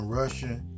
russian